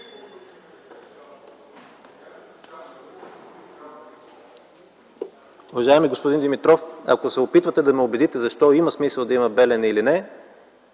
Уважаеми господин Димитров, ако се опитвате да ме убедите защо има смисъл да има „Белене” или не,